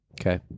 Okay